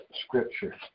Scripture